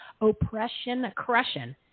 oppression-crushing